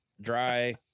dry